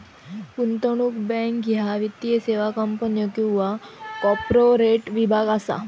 गुंतवणूक बँक ह्या वित्तीय सेवा कंपन्यो किंवा कॉर्पोरेट विभाग असा